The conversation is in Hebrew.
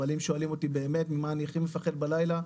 אבל אם שואלים אותי באמת ממה אני הכי מפחד בלילה,